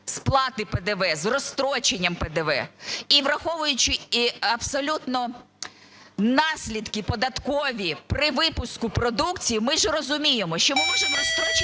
сплати ПДВ, з розстроченням ПДВ. І враховуючи абсолютно наслідки податкові при випуску продукції, ми ж розуміємо, що ми можемо розстрочення